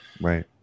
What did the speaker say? Right